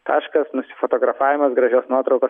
taškas nusifotografavimas gražios nuotraukos